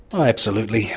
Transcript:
absolutely,